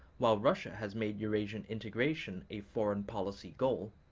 while russia has made eurasian integration a foreign policy goal,